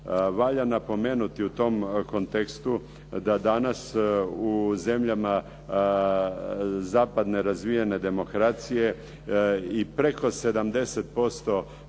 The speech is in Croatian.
Valja napomenuti u tom kontekstu da danas u zemljama zapadne razvijene demokracije i preko 70%